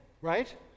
right